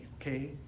okay